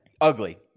Ugly